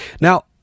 Now